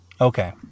Okay